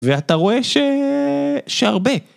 ואתה רואה ש... שהרבה.